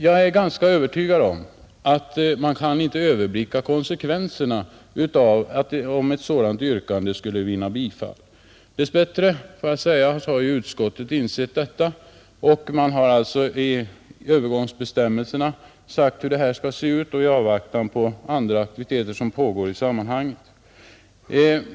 Jag är ganska övertygad om att man inte kan överblicka konsekvenserna av ett bifall till ett sådant yrkande. Dess bättre, får jag säga, har utskottet insett detta och har alltså i övergångsbestämmelserna angivit hur det hela skall se ut i avvaktan på de andra aktiviteter som pågår i sammanhanget.